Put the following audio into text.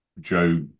Joe